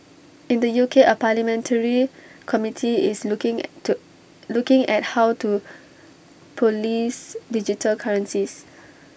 in the U K A parliamentary committee is looking at the looking at how to Police digital currencies